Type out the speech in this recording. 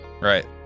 right